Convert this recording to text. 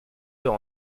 peut